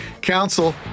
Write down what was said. Council